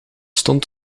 stond